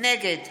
נגד